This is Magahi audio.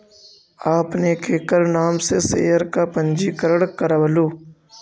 आपने केकर नाम से शेयर का पंजीकरण करवलू